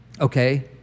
okay